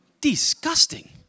Disgusting